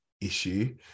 issue